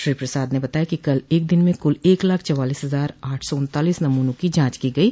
श्री प्रसाद ने बताया कि कल एक दिन में कुल एक लाख चौवालीस हज़ार आठ सौ उन्तालीस नमूनों की जांच की गयी